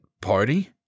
Party